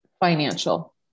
financial